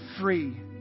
free